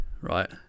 right